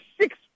six